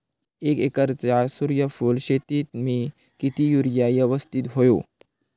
एक एकरच्या सूर्यफुल शेतीत मी किती युरिया यवस्तित व्हयो?